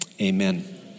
Amen